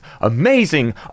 amazing